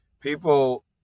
people